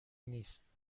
نیست